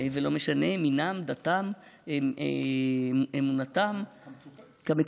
ולא משנה מה מינם, דתם ואמונתם, כמצופה.